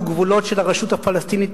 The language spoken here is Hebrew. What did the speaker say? וגבולות של הרשות הפלסטינית,